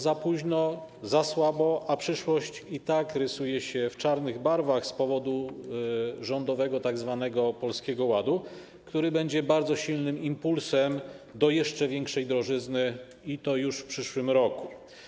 Za późno, za słabo, a przyszłość i tak rysuje się w czarnych barwach z powodu rządowego tzw. Polskiego Ładu, który będzie bardzo silnym impulsem do jeszcze większej drożyzny, i to już w przyszłym roku.